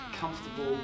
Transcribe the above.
comfortable